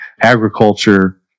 agriculture